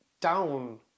down